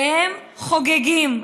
והם חוגגים.